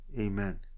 Amen